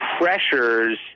pressures –